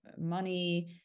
money